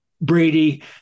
Brady